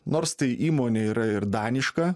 nors tai įmonė yra ir daniška